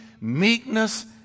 meekness